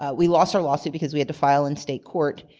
ah we lost our lawsuit because we had to file in state court,